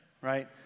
right